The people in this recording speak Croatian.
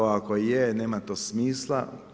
Ako je, nema to smisla.